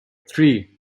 three